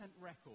record